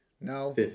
no